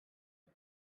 fer